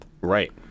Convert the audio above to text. Right